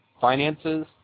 finances